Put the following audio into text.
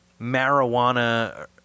marijuana